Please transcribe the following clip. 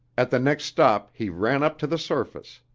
at the next stop he ran up to the surface.